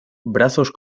brazos